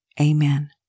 Amen